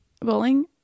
bowling